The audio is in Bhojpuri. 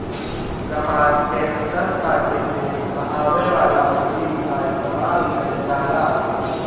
कपास के फसल काटे में बहावे वाला मशीन कअ इस्तेमाल कइल जाला